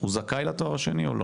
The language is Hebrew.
הוא זכאי לתואר השני או לא?